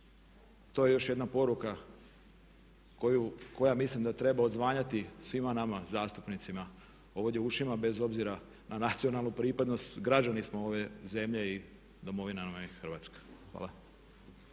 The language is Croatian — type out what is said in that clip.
To je još jedna poruka koja mislim da treba odzvanjati svima nama zastupnicima ovdje u ušima bez obzira na nacionalnu pripadnost. Građani smo ove zemlje i Domovina nam je Hrvatska. Hvala.